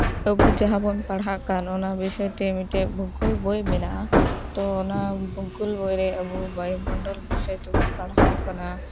ᱟᱵᱚ ᱡᱟᱦᱟᱸ ᱵᱚᱱ ᱯᱟᱲᱦᱟᱜ ᱠᱟᱱ ᱚᱱᱟ ᱵᱤᱥᱚᱭ ᱛᱮ ᱢᱤᱫᱴᱮᱡ ᱵᱷᱩᱜᱳᱞ ᱵᱳᱭ ᱢᱮᱱᱟᱜᱼᱟ ᱛᱚ ᱚᱱᱟ ᱵᱷᱩᱜᱳᱞ ᱵᱳᱭ ᱨᱮ ᱟᱵᱚ ᱵᱟᱭᱩᱢᱚᱱᱰᱚᱞ ᱵᱤᱥᱚᱭ ᱛᱮᱵᱚᱱ ᱯᱟᱲᱦᱟᱣ ᱟᱠᱟᱱᱟ